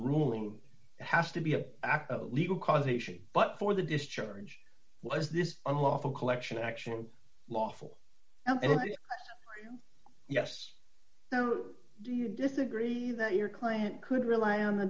ruling has to be an act of legal causation but for the discharge was this unlawful collection action lawful and yes now do you disagree that your client could rely on the